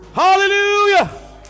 hallelujah